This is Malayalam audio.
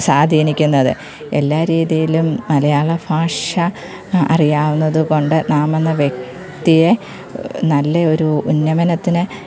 സ്വാധീനിക്കുന്നത് എല്ലാ രീതിയിലും മലയാള ഭാഷ അറിയാവുന്നത് കൊണ്ട് നാമെന്ന വ്യക്തിയെ നല്ലയൊരു ഉന്നമനത്തിന്